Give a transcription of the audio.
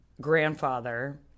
grandfather